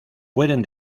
pueden